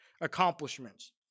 accomplishments